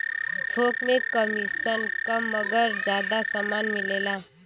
थोक में कमिसन कम मगर जादा समान मिलेला